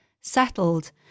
settled